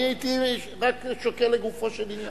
אני הייתי רק שוקל לגופו של עניין.